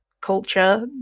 culture